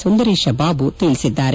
ಸುಂದರೇಶಬಾಬು ತಿಳಿಸಿದ್ದಾರೆ